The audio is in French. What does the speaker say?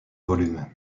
volumes